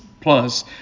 plus